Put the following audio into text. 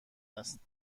است